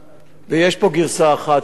ויש פה גרסה אחת שאומרת